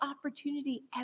opportunity